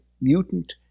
mutant